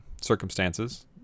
circumstances